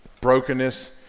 brokenness